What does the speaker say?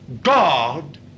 god